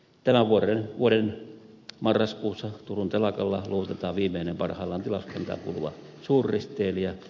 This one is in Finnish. tämän vuoden marraskuussa turun telakalla luovutetaan viimeinen parhaillaan tilauskantaan kuuluva suurristeilijä